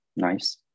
Nice